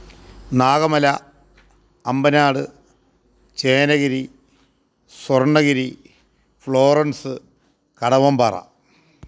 Nagamala Ambanad Chenagiri Swarnagiri Florence Kadavampara